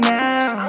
now